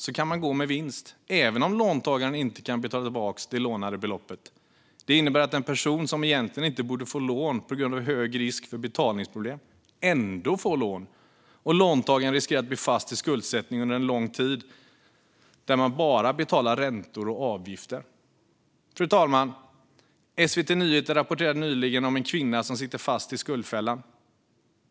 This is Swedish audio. Då kan man gå med vinst även om låntagaren inte kan betala tillbaka det lånade beloppet. Det innebär att en person som egentligen inte borde få lån på grund av hög risk för betalningsproblem ändå får lån, och låntagaren riskerar att bli fast i skuldsättningen under lång tid då man bara betalar räntor och avgifter. Fru talman! SVT Nyheter rapporterade nyligen om en kvinna som sitter fast i skuldfällan.